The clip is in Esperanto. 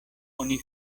oni